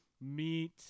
meet